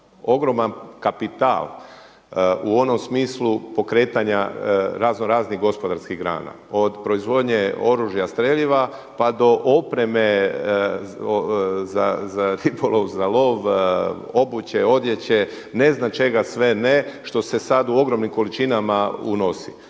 ogroman kapital u onom smislu pokretanja razno raznih gospodarskih grana od proizvodnje oružja, streljiva, pa do opreme za ribolov, za lov, obuće, odjeće, ne znam čega sve ne što se sad u ogromnim količinama unosi.